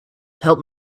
help